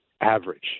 average